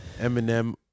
Eminem